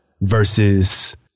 versus